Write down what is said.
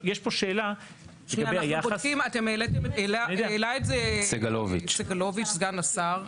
יש פה שאלה לגבי היחס --- העלה את זה סגלוביץ' סגן השר.